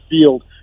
field